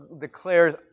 declares